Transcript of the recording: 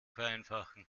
vereinfachen